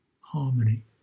harmony